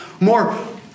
more